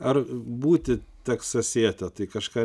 ar būti teksasiete tai kažką